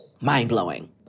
mind-blowing